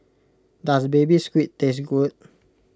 does Baby Squid taste good